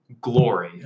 glory